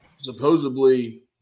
Supposedly